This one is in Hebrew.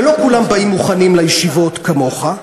ולא כולם באים מוכנים לישיבות כמוך,